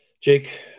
Jake